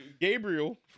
Gabriel